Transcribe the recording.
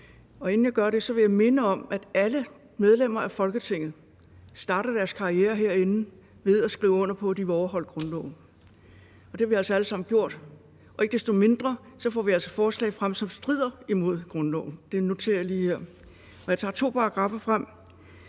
inden jeg gør det, vil jeg minde om, at alle medlemmer af Folketinget starter deres karriere herinde ved at skrive under på, at de vil overholde grundloven. Det har vi altså alle sammen gjort, og ikke desto mindre får vi altså forslag fremsat, som strider imod grundloven – det noterer jeg lige her. Og jeg tager to paragraffer frem,